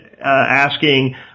asking